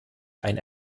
ein